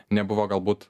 nebuvo galbūt